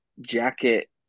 jacket